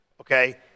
Okay